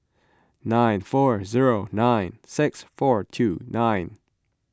nine four zero nine six four two nine